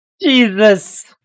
Jesus